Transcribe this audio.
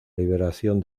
liberación